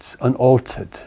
unaltered